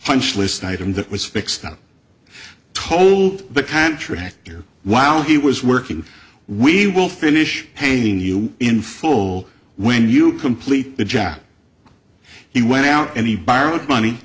hunch list item that was fixed up told the contractor while he was working we will finish paying you in full when you complete the job he went out and he borrowed money